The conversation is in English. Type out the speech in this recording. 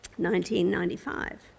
1995